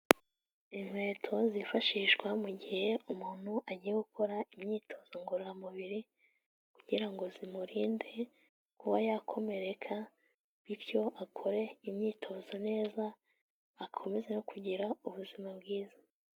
Inkweto zifashishwa mu gihe umuntu agiye gukora imyitozo ngororamubiri kugira ngo zimurinde kuba yakomereka, bityo akore imyitozo neza akomeze no kugira ubuzima bwiza.